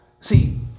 See